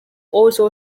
also